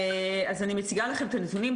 מציגה לכם את הנתונים.